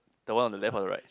the one on the left or the right